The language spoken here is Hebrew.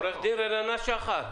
עו"ד רננה שחר,